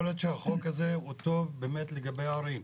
יכול להיות שהחוק הזה הוא טוב באמת לגבי ערים.